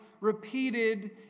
repeated